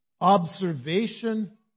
observation